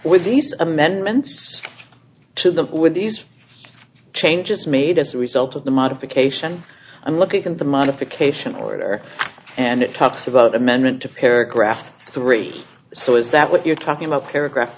with these amendments to the with these changes made as a result of the modification and look at the modification order and it talks about amendment to paragraph three so is that what you're talking about paragraph